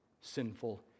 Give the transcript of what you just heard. sinful